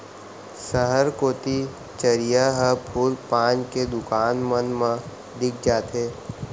सहर कोती चरिहा ह फूल पान के दुकान मन मा दिख जाथे